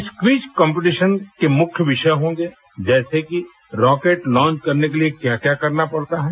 इस quiz competition के मुख्य विषय होंगे जैसे कि रॉकेट लॉन्च करने के लिए क्या क्या करना पड़ता है